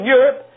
Europe